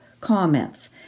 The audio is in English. comments